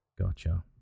Gotcha